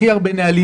הכי הרבה נהלים,